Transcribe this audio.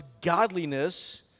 godliness